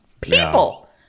People